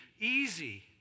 easy